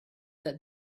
that